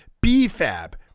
B-Fab